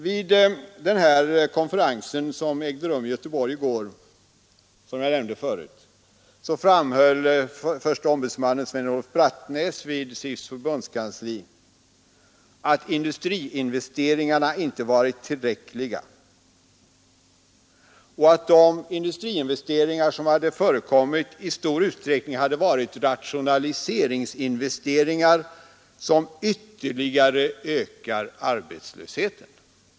Vid den konferens som ägde rum i Göteborg i går, vilken jag nämnde förut, framhöll förste ombudsmannen Sven-Uno Brattnäs vid SIF:s förbundskansli att industriinvesteringarna inte varit tillräckliga och att de industriinvesteringar som hade förekommit i stor utsträckning hade varit rationaliseringsinvesteringar, som ytterligare ökar arbetslösheten.